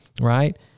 right